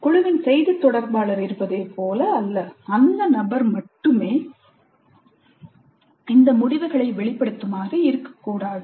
குழுவின் செய்தித் தொடர்பாளர் இருப்பதைப் போல அல்ல அந்த நபர் மட்டுமே இந்த முடிவுகளை வெளிப்படுத்துமாறு இருக்கக்கூடாது